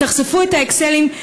תחשפו את ה"אקסלים",